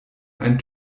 ein